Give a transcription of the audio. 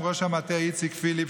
ובראשם ראש המטה איציק פיליפ,